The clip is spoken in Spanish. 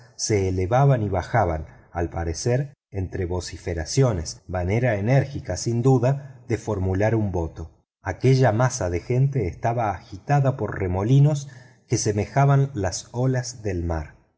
se elevaban y bajaban al parecer entre vociferaciones maneras enérgicas sin duda de formular un voto aquella masa de gente estaba agitada por remolinos que semejaban las olas del mar